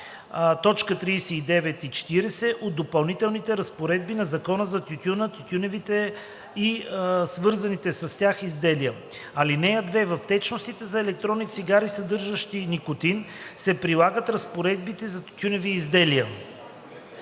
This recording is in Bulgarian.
1, т. 39 и 40 от допълнителните разпоредби на Закона за тютюна, тютюневите и свързаните с тях изделия. (2) За течностите за електронни цигари, съдържащи никотин, се прилагат разпоредбите за тютюневи изделия.“